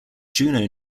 juno